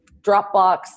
Dropbox